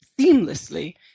seamlessly